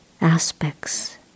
aspects